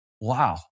wow